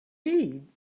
need